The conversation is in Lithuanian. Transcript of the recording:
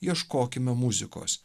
ieškokime muzikos